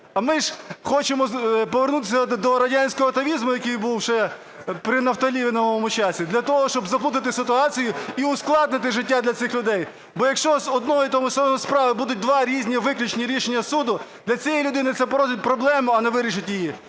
А ми ж хочемо повернутися до радянського атавізму, який був ще при "нафталіновому" часі для того, щоб заплутати ситуацію і ускладнити життя для цих людей. Бо, якщо з однієї і тієї ж самої справи будуть два різні виключні рішення суду, для цієї людини це породить проблему, а не вирішить її.